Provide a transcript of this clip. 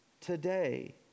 today